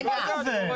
אין דבר כזה.